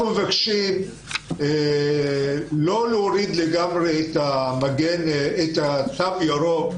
אנחנו מבקשים לא להוריד לגמרי את התו הירוק,